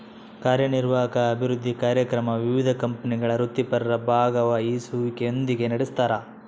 ಕಾರ್ಯನಿರ್ವಾಹಕ ಅಭಿವೃದ್ಧಿ ಕಾರ್ಯಕ್ರಮ ವಿವಿಧ ಕಂಪನಿಗಳ ವೃತ್ತಿಪರರ ಭಾಗವಹಿಸುವಿಕೆಯೊಂದಿಗೆ ನಡೆಸ್ತಾರ